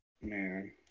Man